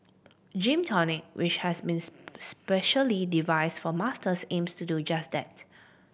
Gym Tonic which has been specially devised for Masters aims to do just that